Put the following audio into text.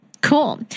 Cool